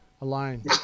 alone